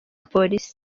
polisi